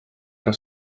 arv